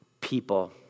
people